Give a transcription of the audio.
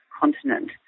continent